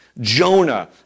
Jonah